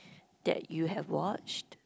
that you have watched